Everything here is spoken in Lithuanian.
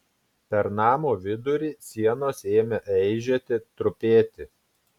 per namo vidurį sienos ėmė eižėti trupėti